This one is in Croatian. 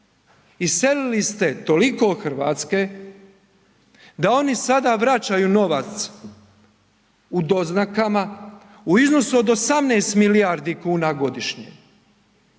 iselili ste toliko RH da oni sada vraćaju novac u doznakama u iznosu od 18 milijardi kuna godišnje,